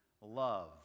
love